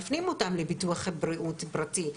מפנים אותם לביטוח בריאות פרטי,